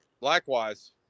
Likewise